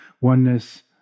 oneness